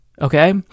Okay